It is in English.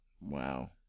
Wow